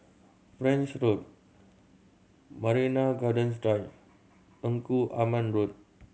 French Road Marina Gardens Drive Engku Aman Road